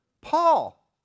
Paul